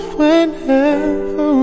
whenever